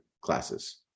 classes